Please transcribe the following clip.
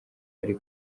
ari